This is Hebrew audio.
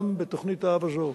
גם בתוכנית-האב הזאת,